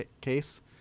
case